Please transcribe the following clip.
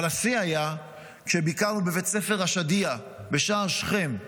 אבל השיא היה כשביקרנו בבית ספר ראשידיה בשער שכם,